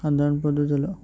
সাধারণ পদ্ধতি হলো